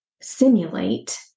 simulate